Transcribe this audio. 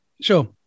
sure